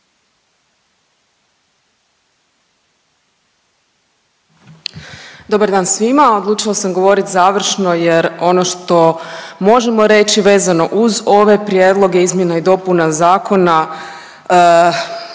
Dobar dan svima. Odlučila sam govoriti završno jer ono što možemo reći vezano uz ove prijedloge izmjena i dopuna zakona